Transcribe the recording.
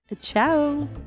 Ciao